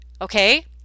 Okay